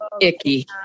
icky